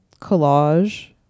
collage